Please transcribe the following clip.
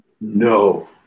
no